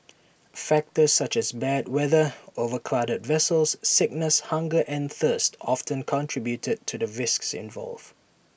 factors such as bad weather overcrowded vessels sickness hunger and thirst often contribute to the risks involved